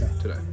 Today